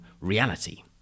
reality